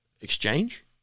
exchange